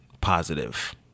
positive